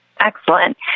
Excellent